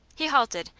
he halted,